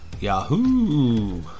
Yahoo